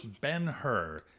Ben-Hur